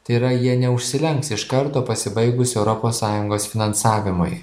tai yra jie neužsilenks iš karto pasibaigus europos sąjungos finansavimui